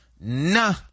nah